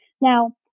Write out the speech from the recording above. Now